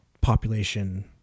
population